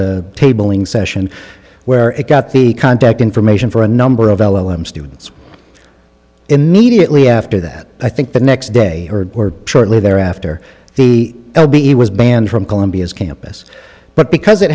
a tabling session where it got the contact information for a number of l m students immediately after that i think the next day or shortly thereafter the l b was banned from columbia's campus but because it